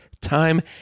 time